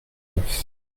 neuf